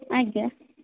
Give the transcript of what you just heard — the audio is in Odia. ଆଜ୍ଞା